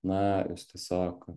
na tiesiog